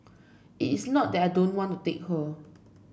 it's not that I don't want to take her